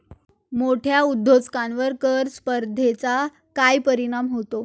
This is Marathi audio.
मोठ्या उद्योजकांवर कर स्पर्धेचा काय परिणाम होतो?